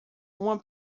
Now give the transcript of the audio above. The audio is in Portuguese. uma